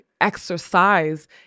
exercise